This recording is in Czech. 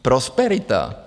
Prosperita?